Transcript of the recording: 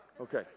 Okay